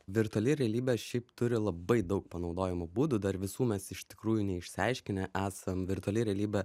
virtuali realybė šiaip turi labai daug panaudojimo būdų dar visų mes iš tikrųjų neišsiaiškinę esam virtuali realybė